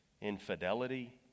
infidelity